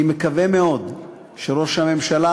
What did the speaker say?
אני מקווה מאוד שראש הממשלה,